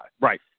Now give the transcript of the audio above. Right